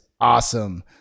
awesome